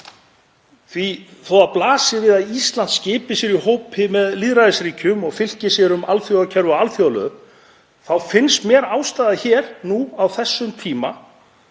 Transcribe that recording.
því þó að það blasi við að Ísland skipi sér í hóp með lýðræðisríkjum og fylki sér um alþjóðakerfi og alþjóðalög þá finnst mér ástæða á þessum tíma